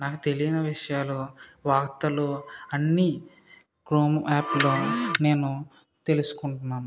నాకు తెలియని విషయాలు వార్తలు అన్నీ క్రోమ్ యాప్ ద్వారా మేము తెలుసుకుంటున్నాను